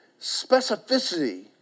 specificity